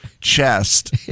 chest